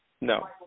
No